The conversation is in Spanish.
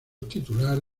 titular